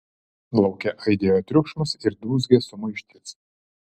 lauke aidėjo triukšmas ir dūzgė sumaištis